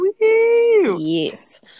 yes